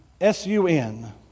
S-U-N